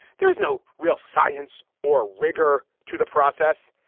there is no real science or rigour to the process.